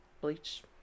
bleach